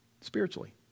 spiritually